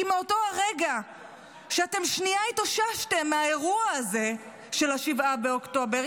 כי מאותו רגע שאתם שנייה התאוששתם מהאירוע הזה של 7 באוקטובר,